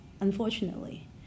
unfortunately